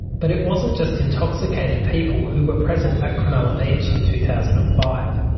but it wasn't just intoxicated people who were present at cronulla beach in two thousand and five,